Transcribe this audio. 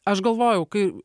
aš galvojau kai